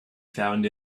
found